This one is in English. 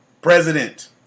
President